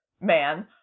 man